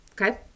Okay